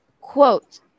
quote